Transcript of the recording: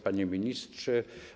Panie Ministrze!